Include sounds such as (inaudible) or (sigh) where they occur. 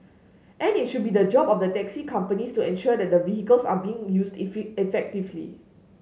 and it should be the job of the taxi companies to ensure that the vehicles are being used (unintelligible) effectively